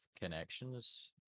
connections